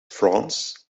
france